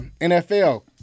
NFL